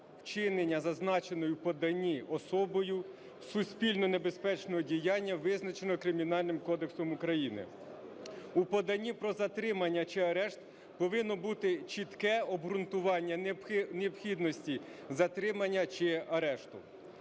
вчинення зазначеного в поданні особою суспільно небезпечного діяння, визначеного Кримінальним кодексом України. У поданні про затримання чи арешт повинно бути чітке обґрунтування необхідності затримання чи арешту.